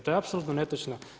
To je apsolutno netočno.